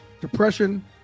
Depression